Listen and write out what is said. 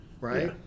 Right